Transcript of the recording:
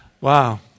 Wow